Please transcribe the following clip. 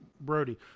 brody